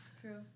true